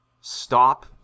stop